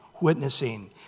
witnessing